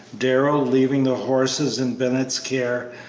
darrell, leaving the horses in bennett's care,